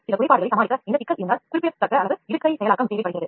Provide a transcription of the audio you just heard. சில குறைபாடுகளை சமாளிக்க குறிப்பிடத்தக்க அளவு இடுகை செயலாக்கம் தேவைப்படுகிறது